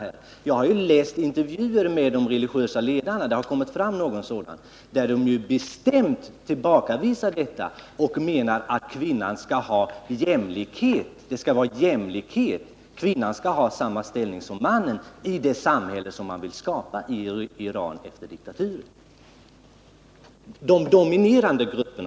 Men det finns också intervjuer med de religiösa ledare som företräder de dominerande grupperna, och de tillbakavisar bestämt detta och menar att kvinnan skall ha jämlikhet och att hon skall ha samma ställning som mannen i det samhälle som man vill skapa i Iran efter diktaturen.